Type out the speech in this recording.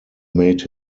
made